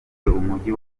umujyi